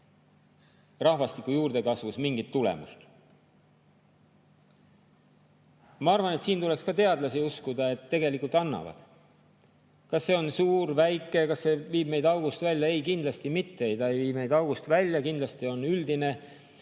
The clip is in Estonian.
rahvastiku juurdekasvus mingit tulemust. Ma arvan, et siin tuleks teadlasi uskuda, et tegelikult annavad. Kas see on suur või väike, kas see viib meid august välja? Ei, kindlasti ei vii meid august välja, kindlasti on [olulised